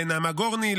לנעמה גורני,